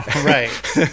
right